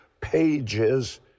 pages